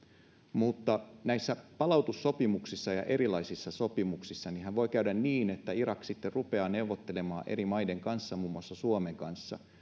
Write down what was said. näissä palautussopimuksissa ja erilaisissa sopimuksissa voi käydä niin että irak sitten rupeaa neuvottelemaan eri maiden muun muassa suomen kanssa